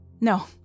No